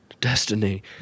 destiny